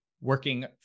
working